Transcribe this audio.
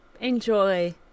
enjoy